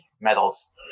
medals